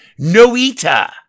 Noita